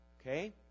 okay